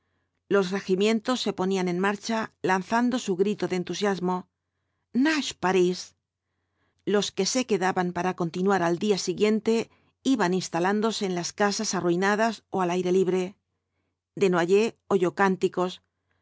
los regimientos se ponían en marcha lanzando su grito de entusiasmo nach parts los que se quedaban para continuar al día siguiente iban instalándose en las casas arruinadas ó al aire libre desnoyers oyó cánticos